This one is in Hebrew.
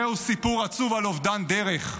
זהו סיפור עצוב על אובדן דרך.